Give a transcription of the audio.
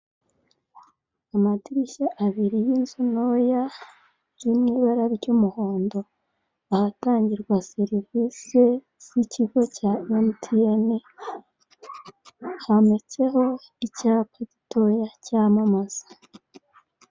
Amadirishya abiri y'inzu ntoya ziri mu ibara ry'umuhondo ahatangirwa serivise z'ikigo cya emutiyeni handitseho icyapa gitoya cyamamaza.